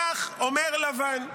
כך אומר לבן.